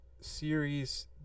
series